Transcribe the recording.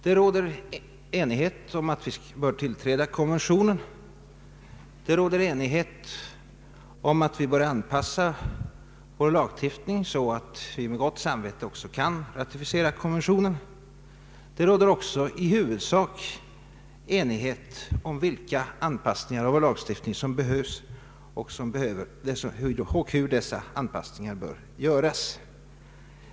Det råder enighet om att vi bör biträda konventionen, det råder enighet om att vi bör anpassa vår lagstiftning så att vi med gott samvete också kan ratificera konventionen och det råder i huvudsak enighet om vilka anpassningar av vår lagstiftning som behövs och hur dessa bör göras.